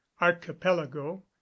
archipelago